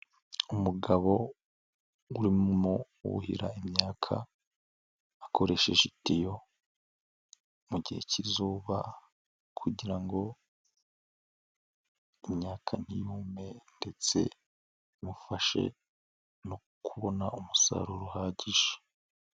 Umugabo urimo wuhira imyaka akoresheje itiyo mu gihe k'izuba kugira ngo imyaka ntiyume ndetse bimufashe no kubona umusaruro uhagije.